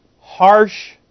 harsh